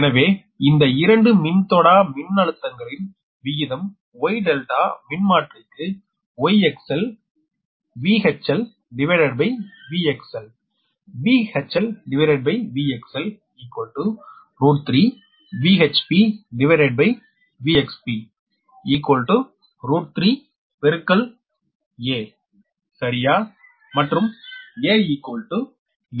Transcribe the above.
எனவே இந்த இரண்டு மின்தொடா மின்னழுத்தண்களின் விகிதம் Y ∆ மின்மாற்றிக்கு VHLVXL சரியா மற்றும் aN1N2